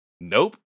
nope